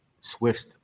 Swift